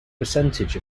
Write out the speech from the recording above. percentage